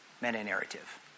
meta-narrative